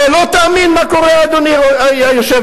אין בכלל השוואה בין הגודל והעוצמה